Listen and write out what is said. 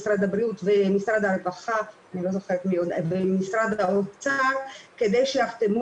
משרד הבריאות ומשרד הרווחה ומשרד האוצר כדי שיחתמו